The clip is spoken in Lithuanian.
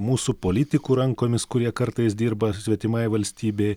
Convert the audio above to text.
mūsų politikų rankomis kurie kartais dirba svetimai valstybei